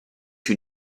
you